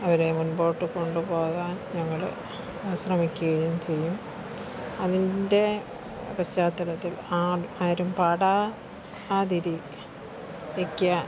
അവരെ മുൻപോട്ട് കൊണ്ടുപോകാൻ ഞങ്ങൾ ശ്രമിക്കുകയും ചെയ്യും അതിൻ്റെ പശ്ചാത്തലത്തിൽ ആരും പാടാതിരിക്കാൻ